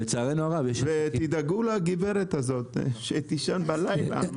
ותדאגו לגברת הזאת, שהיא תישן בלילה.